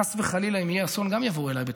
חס וחלילה, אם יהיה אסון, גם יבואו אליי בטענות.